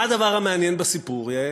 מה הדבר המעניין בסיפור, יעל?